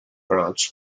grants